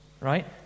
right